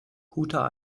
guter